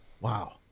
Wow